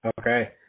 Okay